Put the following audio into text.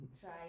Try